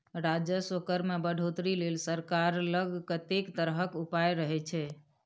राजस्व कर मे बढ़ौतरी लेल सरकार लग कतेको तरहक उपाय रहय छै